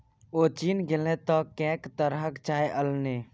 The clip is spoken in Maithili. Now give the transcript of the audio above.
ओ चीन गेलनि तँ कैंक तरहक चाय अनलनि